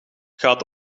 gaat